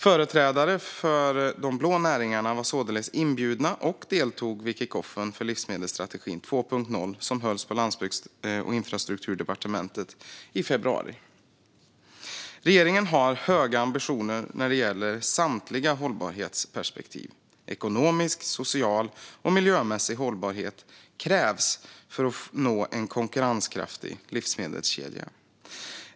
Företrädare för de blå näringarna var således inbjudna och deltog i den kickoff för livsmedelsstrategin 2.0 som hölls på Landsbygds och infrastrukturdepartementet i februari. Regeringen har höga ambitioner när det gäller samtliga hållbarhetsperspektiv - ekonomisk, social och miljömässig hållbarhet krävs för att nå en konkurrenskraftig livsmedelskedja.